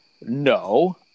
No